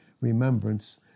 remembrance